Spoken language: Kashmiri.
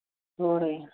اورَے